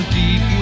deep